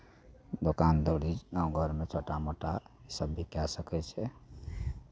दोकान दौरी गाँव घरमे छोटा मोटासभ भी कए सकै छै